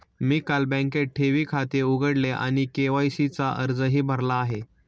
मी काल बँकेत ठेवी खाते उघडले आणि के.वाय.सी चा अर्जही भरला आहे